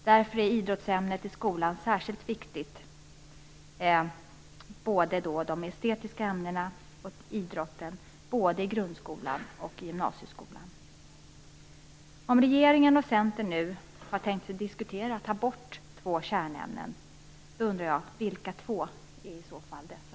Därför är både de estetiska ämnena och idrottsämnet särskilt viktiga, både i grundskolan och i gymnasieskolan. Om regeringen och Centerpartiet nu har tänkt sig att diskutera att ta bort två kärnämnen undrar jag: Vilka två är i så fall dessa?